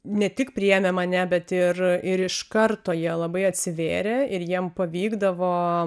ne tik priėmė mane bet ir ir iš karto jie labai atsivėrė ir jiem pavykdavo